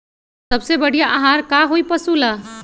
सबसे बढ़िया आहार का होई पशु ला?